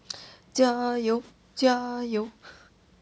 加油加油